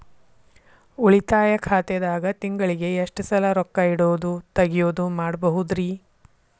ಉಳಿತಾಯ ಖಾತೆದಾಗ ತಿಂಗಳಿಗೆ ಎಷ್ಟ ಸಲ ರೊಕ್ಕ ಇಡೋದು, ತಗ್ಯೊದು ಮಾಡಬಹುದ್ರಿ?